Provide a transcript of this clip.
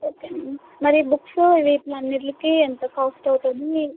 okay అండి మరి books వీటి అన్నింటికి ఎంత కాస్ట్ అవుతుంది